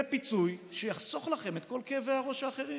זה פיצוי שיחסוך לכם את כל כאבי הראש האחרים.